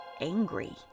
angry